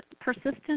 persistent